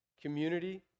community